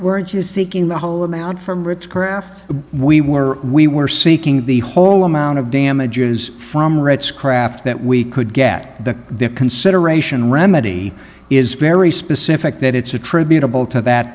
we're just seeking the whole amount for it's correct we were we were seeking the whole amount of damages from rights craft that we could get the consideration remedy is very specific that it's attributable to that